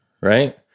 right